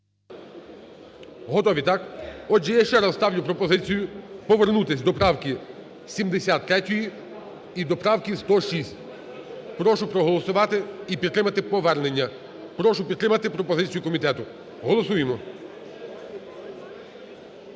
Готові, так? Отже, я ще раз ставлю пропозицію повернутись до правки 73 і до правки 106. Прошу проголосувати і підтримати повернення. Прошу підтримати пропозицію комітету. Голосуємо.